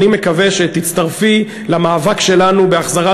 אני מקווה שתצטרפי למאבק שלנו בהחזרת